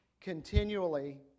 continually